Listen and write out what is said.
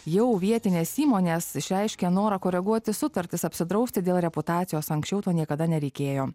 jau vietinės įmonės išreiškė norą koreguoti sutartis apsidrausti dėl reputacijos anksčiau to niekada nereikėjo